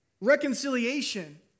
Reconciliation